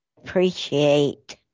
appreciate